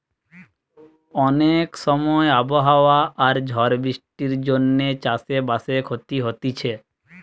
অনেক সময় আবহাওয়া আর ঝড় বৃষ্টির জন্যে চাষ বাসে ক্ষতি হতিছে